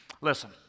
Listen